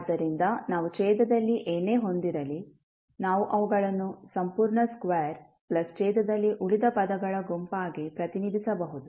ಆದ್ದರಿಂದ ನಾವು ಛೇದದಲ್ಲಿ ಏನೇ ಹೊಂದಿರಲಿ ನಾವು ಅವುಗಳನ್ನು ಸಂಪೂರ್ಣ ಸ್ಕ್ವೇರ್ ಪ್ಲಸ್ ಛೇದದಲ್ಲಿ ಉಳಿದ ಪದಗಳ ಗುಂಪಾಗಿ ಪ್ರತಿನಿಧಿಸಬಹುದು